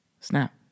Snap